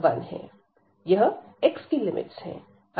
यह x की limits है